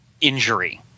injury